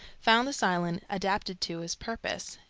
found this island adapted to his purpose,